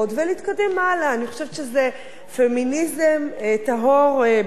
אני חושבת שזה פמיניזם טהור במלוא מובן המלה.